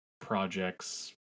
projects